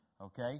Okay